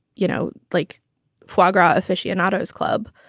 you know, like foie gras aficionados club,